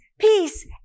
peace